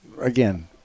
Again